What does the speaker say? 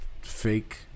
fake